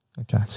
Okay